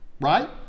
right